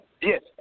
Yes